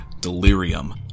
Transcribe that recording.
delirium